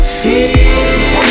feel